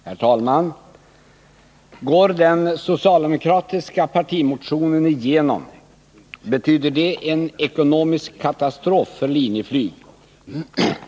Herr talman! ”Går den socialdemokratiska partimotionen igenom betyder det en ekonomisk katastrof för Linjeflyg.